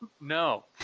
No